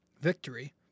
victory